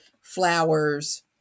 flowers